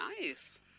nice